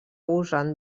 usen